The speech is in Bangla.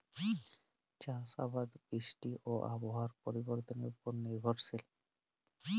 চাষ আবাদ বৃষ্টি এবং আবহাওয়ার পরিবর্তনের উপর নির্ভরশীল